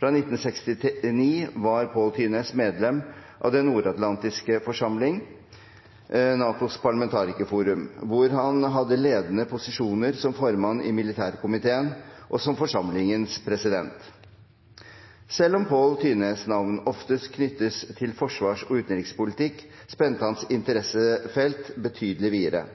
Fra 1969 var Paul Thyness medlem av Den nordatlantiske forsamling, NATOs parlamentarikerforum, hvor han hadde ledende posisjoner som formann i Militærkomiteen og som forsamlingens president. Selv om Paul Thyness’ navn oftest knyttes til forsvars- og utenrikspolitikk, spente hans interessefelt betydelig videre.